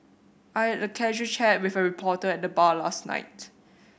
I had a casual chat with a reporter at the bar last night